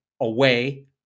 away